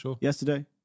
yesterday